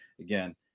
again